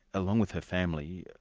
along with her family,